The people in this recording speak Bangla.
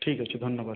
ঠিক আছে ধন্যবাদ